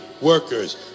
workers